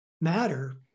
matter